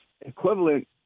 equivalent